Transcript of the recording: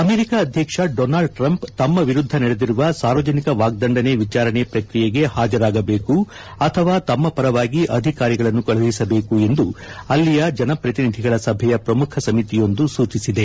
America ಅಧ್ಯಕ್ಷ Donald Trump ತಮ್ಮ ವಿರುದ್ದ ನಡೆದಿರುವ ಸಾರ್ವಜನಿಕ ವಾಗ್ದಂಡನೆ ವಿಚಾರಣೆ ಪ್ರಕ್ರಿಯೆಗೆ ಹಾಜರಾಗಬೇಕು ಅಥವಾ ತಮ್ಮ ಪರವಾಗಿ ಅಧಿಕಾರಿಗಳನ್ನು ಕಳಿಹಿಸಬೇಕು ಎಂದು ಅಲ್ಲಿಯ ಜನಪ್ರತಿನಿಧಿಗಳ ಸಭೆಯ ಪ್ರಮುಖ ಸಮಿತಿಯೊಂದು ಸೂಚಿಸಿದೆ